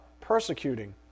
persecuting